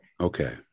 Okay